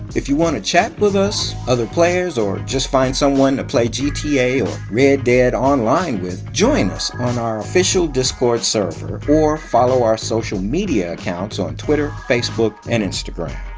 if you want to chat with us, other players or just find someone to play gta or red dead online with, join us on our official discord server or follow our social media accounts on twitter, facebook and instagram.